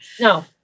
No